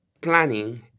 planning